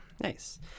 nice